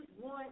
one